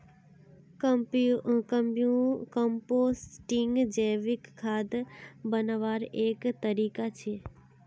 composting जैविक खाद बन्वार एक तरीका छे